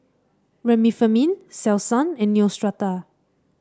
Remifemin Selsun and Neostrata